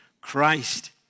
Christ